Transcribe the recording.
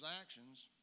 actions